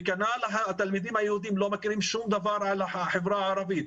וכנ"ל התלמידים היהודים לא מכירים שום דבר על החברה הערבית,